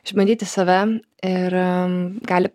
išbandyti save ir gali